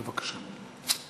בבקשה.